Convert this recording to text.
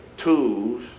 tools